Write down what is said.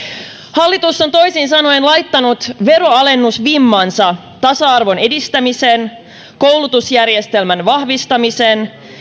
hallitus on toisin sanoen laittanut veronalennusvimmansa tasa arvon edistämisen koulutusjärjestelmän vahvistamisen